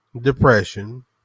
depression